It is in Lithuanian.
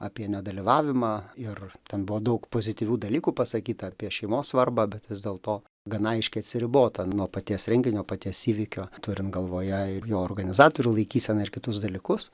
apie nedalyvavimą ir ten buvo daug pozityvių dalykų pasakyta apie šeimos svarbą bet vis dėlto gana aiškiai atsiriboti nuo paties renginio paties įvykio turint galvoje ir jo organizatorių laikyseną ir kitus dalykus